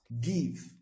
give